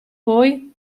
poi